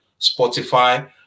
Spotify